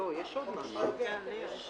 הישיבה ננעלה